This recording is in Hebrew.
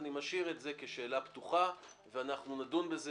כרגע אני משאיר את השאלה פתוחה ואנחנו נדון בזה